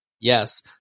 Yes